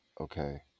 okay